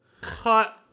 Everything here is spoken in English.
cut